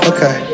Okay